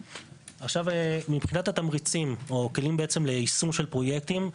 מבחינת התמריצים או הכלים ליישום של פרויקטים,